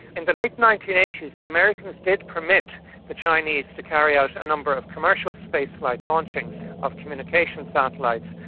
in the late nineteen eighty s the americans did permit the chinese to carry out a number of commercial spaceflight launchings of communication satellites,